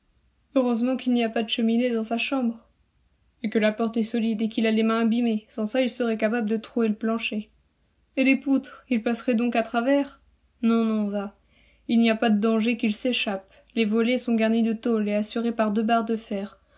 heureusement qu'il n'y a pas de cheminée dans sa chambre et que la porte est solide et qu'il a les mains abîmées sans ça il serait capable de trouer le plancher et les poutres il passerait donc à travers non non va il n'y a pas de danger qu'il s'échappe les volets sont garnis de tôle et assurés par deux barres de fer